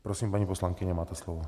Prosím, paní poslankyně, máte slovo.